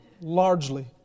largely